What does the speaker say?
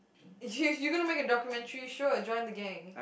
you you gonna make a documentary show or join the gang